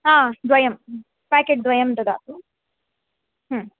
हा द्वयं पेकेट् द्वयं ददातु